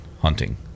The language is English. hunting